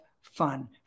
fun